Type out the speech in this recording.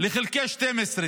לאחד חלקי 12,